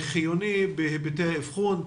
חיוני בהיבט אבחון,